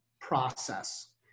process